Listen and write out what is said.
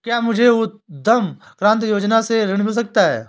क्या मुझे उद्यम क्रांति योजना से ऋण मिल सकता है?